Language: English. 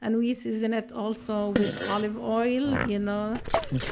and we season it also with olive oil, you know